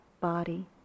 body